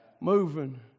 moving